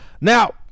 now